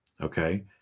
okay